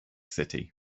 city